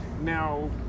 Now